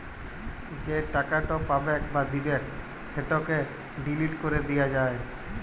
যে টাকাট পাবেক বা দিবেক সেটকে ডিলিট ক্যরে দিয়া যায়